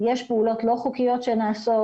יש פעולות לא חוקיות שנעשות.